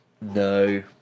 No